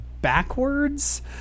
backwards